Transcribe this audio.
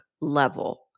level